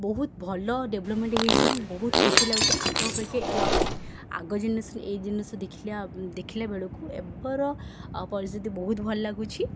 ବହୁତ ଭଲ ଡେଭେଲପମେଣ୍ଟ ହେଇଛି ଏବଂ ବହୁତ ଖୁସି ଲାଗୁଛି ଆଗ ଅପେକ୍ଷା ଏଅ ଆଗ ଜେନେରେସନ ଏ ଜେନେରେସନ ଦେଖିଲେ ଦେଖିଲା ବେଳକୁ ଏବେର ପରିସ୍ଥିତି ବହୁତ ଭଲ ଲାଗୁଛି